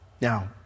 Now